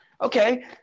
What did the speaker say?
okay